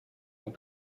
will